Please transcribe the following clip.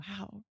wow